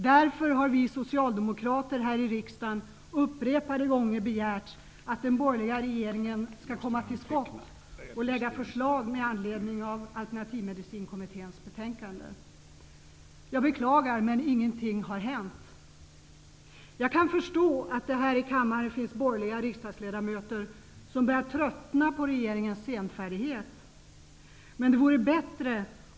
Därför har vi socialdemokrater här i riksdagen upprepade gånger begärt att den borgerliga regeringen skall komma till skott och lägga fram förslag med anledning av Alternativmedicinkommitténs betänkande. Jag beklagar, men jag måste säga att ingenting har hänt. Jag kan förstå att det här i kammaren finns borgerliga riksdagsledamöter som börjar tröttna på regeringens senfärdighet.